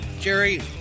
Jerry